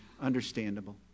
Understandable